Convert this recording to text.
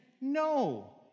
No